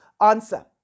answer